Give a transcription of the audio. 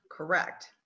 Correct